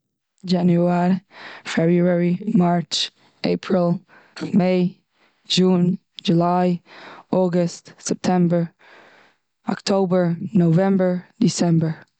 דשענואר, פעבריערי, מארטש, עיפריל, מאי, דזשון, דזשוליי, אוגיסט, סופטעמבער, אקטויבער, נאוועמבער, דיסעמבער.